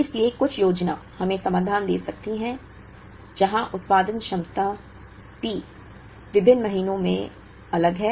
इसलिए कुल योजना हमें समाधान दे सकती है जहां उत्पादन क्षमता P विभिन्न महीनों में अलग है